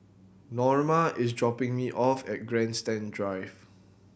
Norma is dropping me off at Grandstand Drive